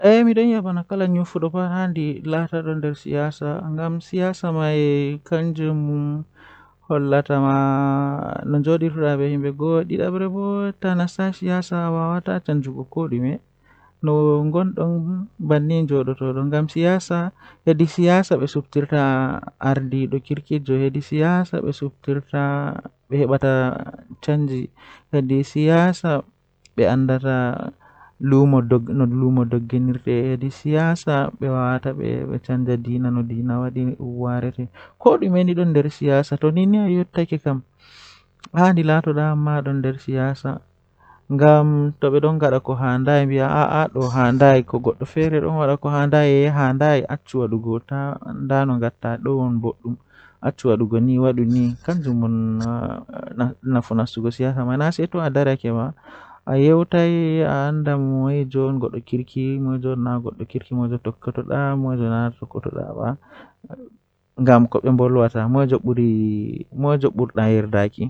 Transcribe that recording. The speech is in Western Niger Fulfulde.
Ko njaŋnguɗi ko waawugol ngal wondi ɗoo aduna, Sabu ɗum njippita jam e waɗtuɗi waɗal ɗi ɓuri laawol. Neɗɗo waɗataa njaŋnguɗi heɓataa semmbugol waɗitde goongɗi ɗam e konngol ɗum. E waɗal ngal, Ko ɗum ndimaagu ɗi njogita waɗude laawol ngam noɗɗude laamu e njogorde ɗoo aduna.